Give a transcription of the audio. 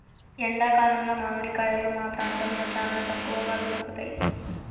ఎండా కాలంలో మామిడి కాయలు మా ప్రాంతంలో చానా తక్కువగా దొరుకుతయ్